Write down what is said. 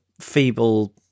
feeble